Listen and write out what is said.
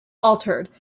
altered